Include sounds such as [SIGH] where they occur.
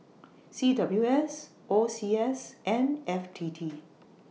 C W S O C S and F T T [NOISE]